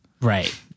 Right